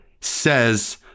says